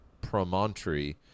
promontory